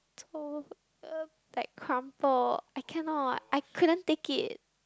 uh like crumpled I cannot I couldn't take it